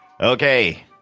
Okay